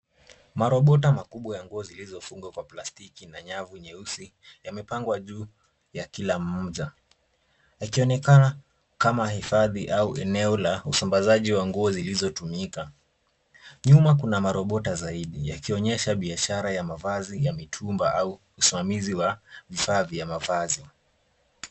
Marobota makubwa ya nguo zilizofungwa kwa plastiki na nyavu nyeusi yamepangwa juu ya kila mmoja yakionekana kama hifadhi au eneo la usambazaji wa nguo zilizotumika. Nyuma kuna marobota zaidi yakionyesha biashara ya mavazi ya mitumba au usimamizi wa vifaa vya mavazi.